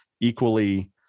equally